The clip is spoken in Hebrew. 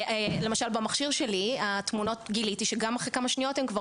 למשל במכשיר שלי גיליתי שגם אחרי כמה שניות הן כבר